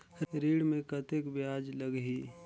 ऋण मे कतेक ब्याज लगही?